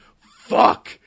fuck